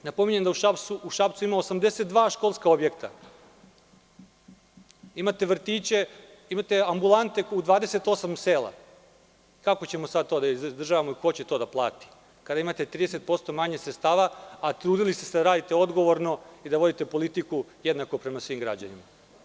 Napominjem da u Šapcu ima 82 školska objekta, imate vrtiće, imate ambulante u 28 sela, kako ćemo to da izdržavamo i ko će to da plati kada imate 30% manje sredstava, a trudili ste se da radite odgovorno i da vodite politiku jednaku prema svim građanima.